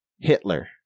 Hitler